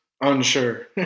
unsure